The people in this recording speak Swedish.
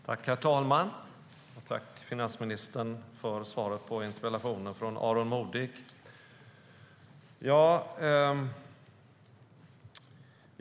Herr talman! Tack, finansministern, för svaret på interpellationen från Aron Modig!